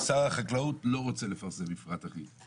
שר החקלאות לא רוצה לפרסם מפרט אחיד.